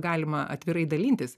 galima atvirai dalintis